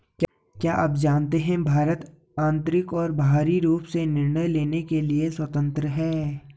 क्या आप जानते है भारत आन्तरिक और बाहरी रूप से निर्णय लेने के लिए स्वतन्त्र है?